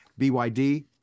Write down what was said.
BYD